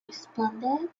responded